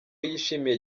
yishimiye